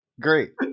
great